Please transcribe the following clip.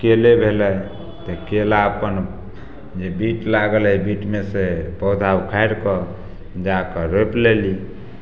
केले भेलै तऽ केला अपन जे बीट लागल एहि बीटमे से पौधा उखाड़िकऽ जाकऽ रोपि लेली